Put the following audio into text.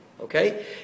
Okay